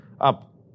up